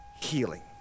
healing